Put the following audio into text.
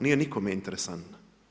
Nije nikome interesantna.